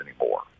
anymore